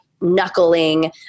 knuckling